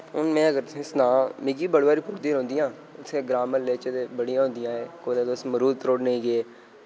हून में अगर तुसें सना मिकी बड़ी बारी पुढ़दी रौंह्दियां इत्थै ग्रांऽ म्हल्ले च ते बड़ियां होंदियां ऐ कुतै तुस मरूद त्रोड़ने गे